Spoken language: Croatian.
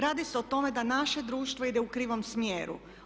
Radi se o tome da naše društvo ide u krivom smjeru.